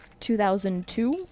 2002